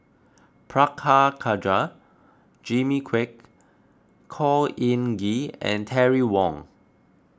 Prabhakara Jimmy Quek Khor Ean Ghee and Terry Wong